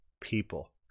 people